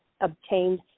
obtained